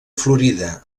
florida